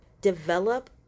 develop